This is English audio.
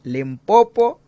Limpopo